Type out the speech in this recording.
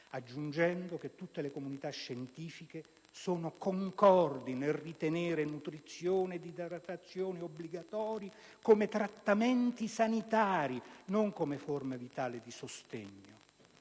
aggiungendo che tutte le comunità scientifiche sono concordi nel ritenere nutrizione ed idratazione obbligatori come trattamenti sanitari, non come forme vitali di sostegno.